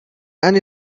and